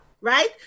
right